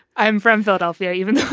i'm from philadelphia even,